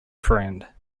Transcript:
friend